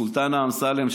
סולטנה אמסלם,